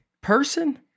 person